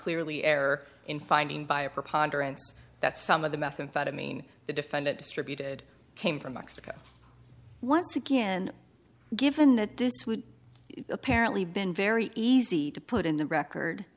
clearly error in finding by a preponderance that some of the methamphetamine the defendant distributed came from mexico once again given that this would apparently been very easy to put in the record